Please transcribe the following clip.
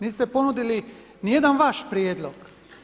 Niste ponudili nijedan vaš prijedlog.